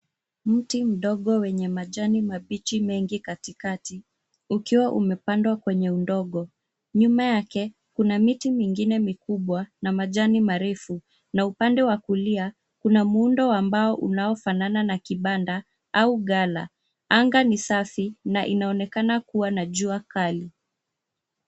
Mti mdogo wenye majani mabichi mengi katikati ukiwa umepandwa kwenye udongo. Nyuma yake kuna miti mingine mikubwa na majani marefu na upande wa kulia, kuna muundo wa mbao unaofanana kipanda au gala. Anga ni safi na inaonekana kuwa na jua kali.